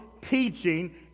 teaching